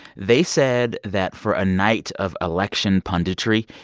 they said that for a night of election punditry,